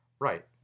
Right